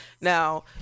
Now